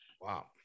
wow